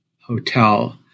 Hotel